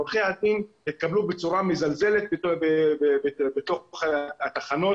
עורכי הדין התקבלו בצורה מזלזלת בתוך התחנות.